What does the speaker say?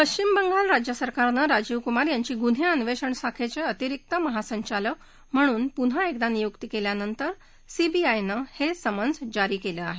पश्चिम बंगाल राज्य सरकारनं राजीव कुमार यांची गुन्हे अन्वेषण शाखेचे अतिरिक्त महासंचालक म्हणून पुन्हा एकदा नियुक्ती केल्यानंतर सीबीआयनं हे समन्स जारी केलं आहे